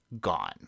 gone